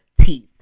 Teeth